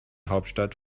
hauptstadt